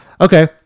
Okay